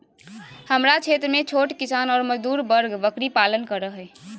हमरा क्षेत्र में छोट किसान ऑर मजदूर वर्ग बकरी पालन कर हई